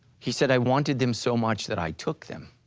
he said, i wanted them so much that i took them.